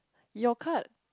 your card